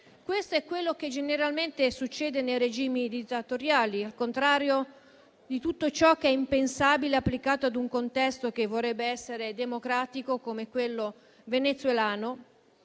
Questo è quanto che generalmente succede nei regimi dittatoriali; al contrario, tutto ciò è impensabile se applicato a un contesto che vorrebbe essere democratico, come quello venezuelano,